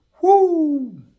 Woo